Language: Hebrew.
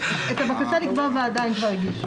הבקשה לקבוע ועדה הם כבר הגישו.